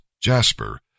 jasper